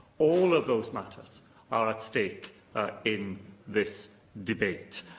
all of those matters are at stake in this debate.